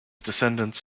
descendants